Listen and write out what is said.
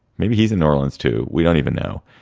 maybe he's in orleans, too. we don't even know,